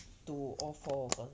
to all four of us